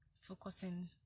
focusing